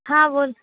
हां बोल